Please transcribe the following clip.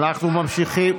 אנחנו ממשיכים.